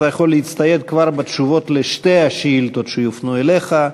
אתה יכול להצטייד כבר בתשובות על שתי השאילתות שיופנו אליך,